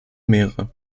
meere